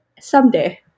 someday